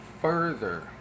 further